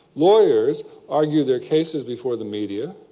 lawyers argued their cases before the media.